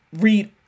read